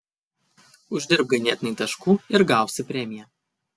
uždirbk ganėtinai taškų ir gausi premiją